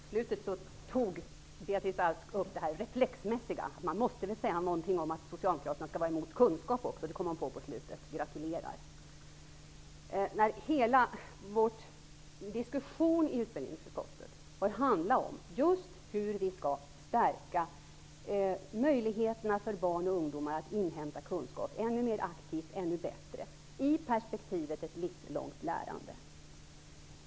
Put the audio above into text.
Herr talman! På slutet tog Beatrice Ask upp det reflexmässiga, att man måste säga något om att Socialdemokraterna är emot kunskap. Det kom hon på på slutet. Gratulerar! Hela vår diskussion i utbildningsutskottet har ju handlat om just hur vi skall stärka barns och ungdomars möjligheter att ännu mer aktivt, ännu bättre inhämta kunskap, i perspektiv av ett livslångt lärande.